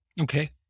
Okay